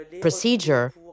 procedure